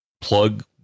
plug